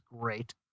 great